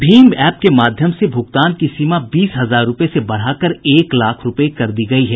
Bhim app के माध्यम से भुगतान की सीमा बीस हजार रूपये से बढ़ाकर एक लाख रूपये कर दी गयी है